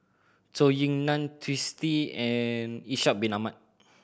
Zhou Ying Nan Twisstii and Ishak Bin Ahmad